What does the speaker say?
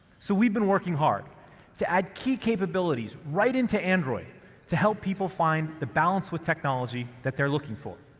so, we've been working hard to add key capabilities right into android to help people find the balance with technology that they're looking for.